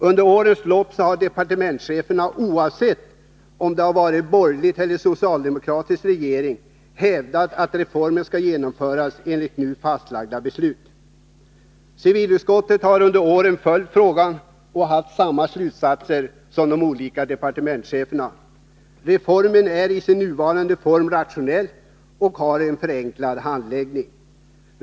Under årens lopp har departementscheferna, oavsett om regeringen varit borgerlig eller socialdemokratisk, hävdat att reformen skall genomföras enligt nu fastlagda beslut. Civilutskottet har under åren följt frågan och dragit samma slutsatser som de olika departementscheferna. Reformen är rationell och innebär en förenklad handläggning.